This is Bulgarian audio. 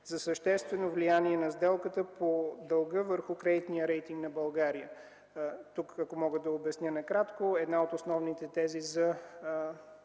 за съществено влияние на сделката по дълга върху кредитния рейтинг на България. Тук, ако мога да обясня накратко – една от основните тези за